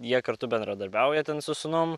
jie kartu bendradarbiauja ten su sūnum